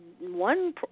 one